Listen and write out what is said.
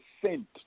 percent